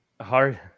hard